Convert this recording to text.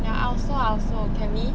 ya I also I also can we